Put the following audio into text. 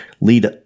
lead